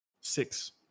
Six